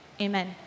amen